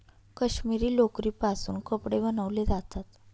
काश्मिरी लोकरीपासून कपडे बनवले जातात